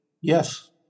Yes